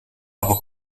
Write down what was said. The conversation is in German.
aber